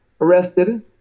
arrested